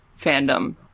fandom